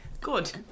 good